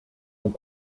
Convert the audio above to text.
ont